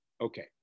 Okay